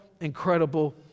incredible